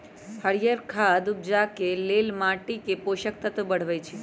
हरियर खाद उपजाके लेल माटीके पोषक तत्व बढ़बइ छइ